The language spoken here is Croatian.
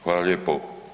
Hvala lijepo.